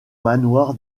manoir